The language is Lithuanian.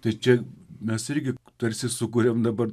tai čia mes irgi tarsi sukuriam dabar